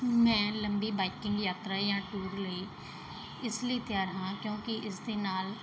ਮੈਂ ਲੰਬੀ ਬਾਈਕਿੰਗ ਯਾਤਰਾ ਜਾਂ ਟੂਰ ਲਈ ਇਸ ਲਈ ਤਿਆਰ ਹਾਂ ਕਿਉਂਕਿ ਇਸ ਦੇ ਨਾਲ